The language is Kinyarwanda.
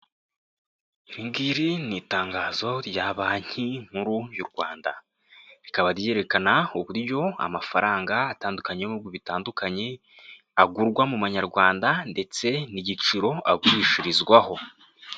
Iringiri ni itangazo rya banki nkuru y'u Rwanda rikaba ryerekana uburyo amafaranga atandukanye y'ibihugu bitandukanye agurwa mu manyarwanda ndetse n'igiciro agurishirizwaho.